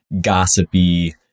gossipy